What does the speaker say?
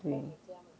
mm